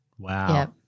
Wow